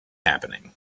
happening